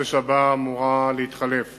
בחודש הבא אמורה להתחלף